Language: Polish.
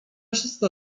siostra